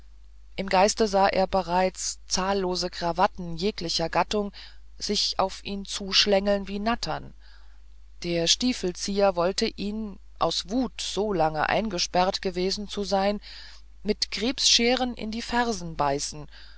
im geiste sah er bereits zahllose krawatten jeglicher gattung sich auf ihn zuschlängeln wie nattern der stiefelzieher wollte ihn aus wut so lange eingesperrt gewesen zu sein mit krebsscheren in die ferse beißen